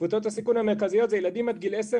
קבוצות הסיכון המרכזיות זה ילדים עד גיל 10,